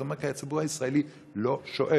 אז הוא אומר: כי הציבור הישראלי לא שואל.